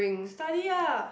study ah